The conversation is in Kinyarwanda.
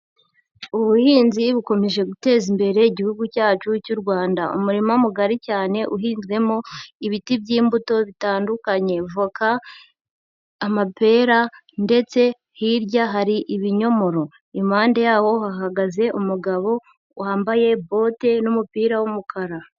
Ubuhinzi bukomeje guteza imbere Igihugu cyacu cy'u Rwanda, umurima mugari cyane uhinzwemo ibiti by'imbuto bitandukanye voka, amapera ndetse hirya hari ibinyomoro, impande yaho hahagaze umugabo wambaye bote n'umupira w'umukara.